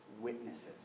witnesses